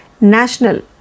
National